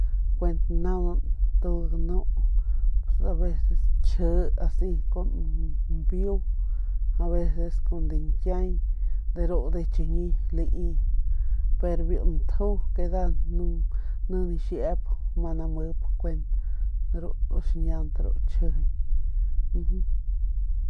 Kuent tanaunan tud ganu aveceskji kun mbiu aveces kun diñkiay de ru ndujuy chiñi lai pero biu ntju ni ninau namip kuent ru xiñiaunt ru chjijiñ.